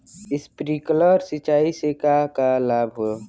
Sprinkler सिंचाई से का का लाभ ह?